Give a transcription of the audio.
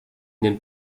dem